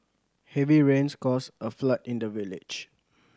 heavy rains caused a flood in the village